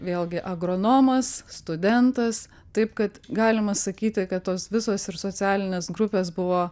vėlgi agronomas studentas taip kad galima sakyti kad tos visos ir socialinės grupės buvo